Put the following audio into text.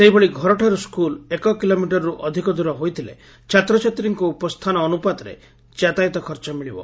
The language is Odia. ସେହିଭଳି ଘରଠାରୁ ସ୍କୁଲ୍ ଏକ କିଲୋମିଟରରୁ ଅଧିକ ଦୂର ହୋଇଥିଲେ ଛାତ୍ରଛାତ୍ରୀଙ୍କୁ ଉପସ୍ଥାନ ଅନୁପାତରେ ଯାତାୟାତ ଖର୍ଚ୍ଚ ମିଳିବ